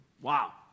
Wow